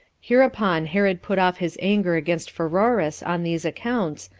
hereupon herod put off his anger against pheroras on these accounts,